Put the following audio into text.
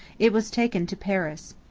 it was taken to paris.